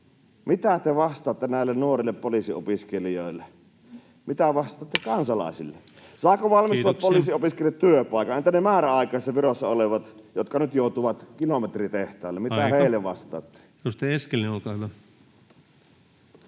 Mitä te vastaatte näille nuorille poliisiopiskelijoille? Mitä vastaatte kansalaisille? Saavatko [Puhemies: Kiitoksia!] valmistuvat poliisiopiskelijat työpaikan? Entä ne määräaikaisissa viroissa olevat, jotka nyt joutuvat kilometritehtaalle, [Puhemies: Aika!] mitä te heille vastaatte? Edustaja Eskelinen, olkaa hyvä.